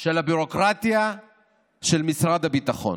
של הביורוקרטיה של משרד הביטחון.